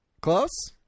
Close